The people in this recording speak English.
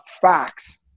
facts